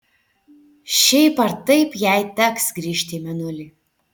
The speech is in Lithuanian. šiaip ar taip jai teks grįžti į mėnulį